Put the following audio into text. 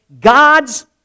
God's